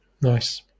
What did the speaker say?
nice